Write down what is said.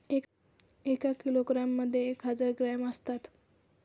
एका किलोग्रॅम मध्ये एक हजार ग्रॅम असतात